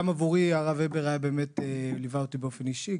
גם עבורי הרב הבר באמת ליווה אותי באופן אישי,